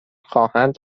خواهند